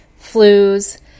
flus